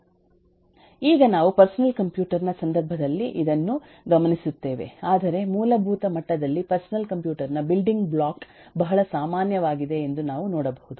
ಈಗ ನಾವು personal computer ನ ಸಂದರ್ಭದಲ್ಲಿ ಇದನ್ನು ಗಮನಿಸುತ್ತೇವೆ ಆದರೆ ಮೂಲಭೂತ ಮಟ್ಟದಲ್ಲಿ ಪರ್ಸನಲ್ ಕಂಪ್ಯೂಟರ್ ನ ಬಿಲ್ಡಿಂಗ್ ಬ್ಲಾಕ್ ಬಹಳ ಸಾಮಾನ್ಯವಾಗಿದೆ ಎಂದು ನಾವು ನೋಡಬಹುದು